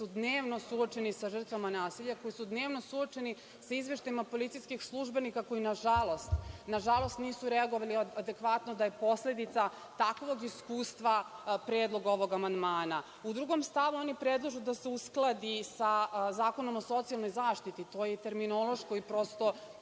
koji su dnevno suočeni sa žrtvama nasilja, koji su dnevno suočeni sa izveštajima policijskih službenika, koji nažalost nisu reagovali adekvatno, da je posledica takvog iskustva predlog ovog amandmana.U drugom stavu oni predlažu da se uskladi sa Zakonom o socijalnoj zaštiti. To je terminološki prosto